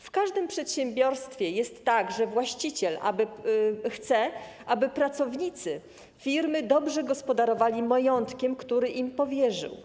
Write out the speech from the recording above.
W każdym przedsiębiorstwie jest tak, że właściciel chce, aby pracownicy firmy dobrze gospodarowali majątkiem, który im powierzył.